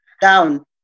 down